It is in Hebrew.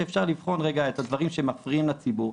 שאפשר לבחון רגע את הדברים שמפריעים לציבור,